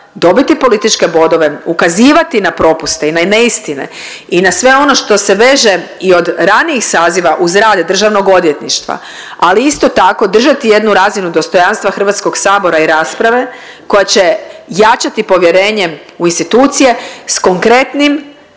dobiti političke bodove, ukazivati na propuste i na neistine i na sve ono što se veže i od ranijih saziva uz rad državnog odvjetništva, ali isto tako držati jednu razinu dostojanstva HS-a i rasprave koja će jačati povjerenje u institucije s konkretnim